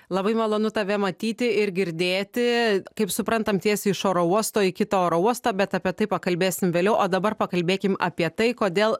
labai malonu tave matyti ir girdėti kaip suprantam tiesiai iš oro uosto į kitą oro uostą bet apie tai pakalbėsim vėliau o dabar pakalbėkim apie tai kodėl